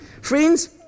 Friends